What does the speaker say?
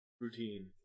routine